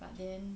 but then